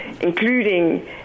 including